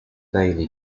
daily